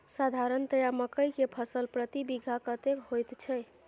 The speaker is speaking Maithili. साधारणतया मकई के फसल प्रति बीघा कतेक होयत छै?